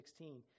16